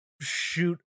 shoot